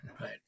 right